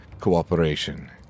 cooperation